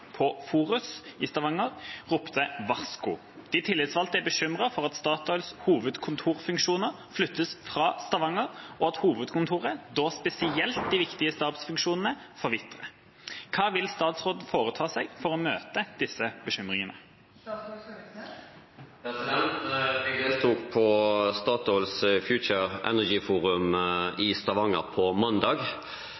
på hovedkontoret til Statoil på Forus i Stavanger er bekymret for at hovedkontorfunksjoner flyttes fra Stavanger og at hovedkontoret forvitrer. Hva vil statsråden foreta seg for å møte disse bekymringene?» Jeg deltok på Statoil Future Energy Forum i